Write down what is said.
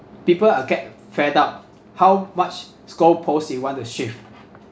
people are get fed up how much goalpost you want to shift